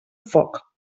foc